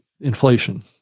inflation